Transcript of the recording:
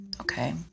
Okay